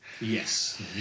Yes